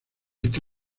este